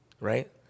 right